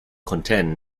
contend